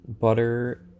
butter